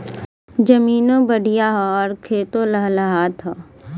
जमीनों बढ़िया हौ आउर खेतो लहलहात हौ